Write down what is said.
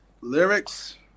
Lyrics